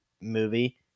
movie